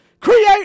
create